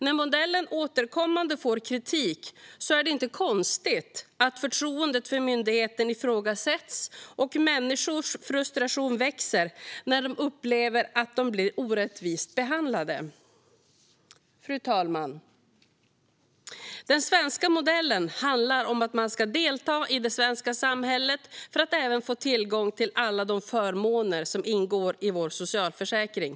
När modellen återkommande får kritik är det inte konstigt att förtroendet för myndigheten ifrågasätts. Människors frustration växer när de upplever att de blir orättvist behandlande. Fru talman! Den svenska modellen handlar om att man ska delta i det svenska samhället för att även få tillgång till alla de förmåner som ingår i vår socialförsäkring.